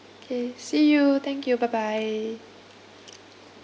K see you thank you bye bye